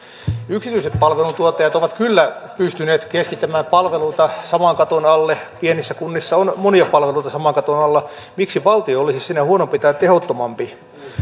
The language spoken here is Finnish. yksityiset palveluntuottajat ovat kyllä pystyneet keskittämään palveluita saman katon alle pienissä kunnissa on monia palveluita saman katon alla miksi valtio olisi siinä huonompi tai tehottomampi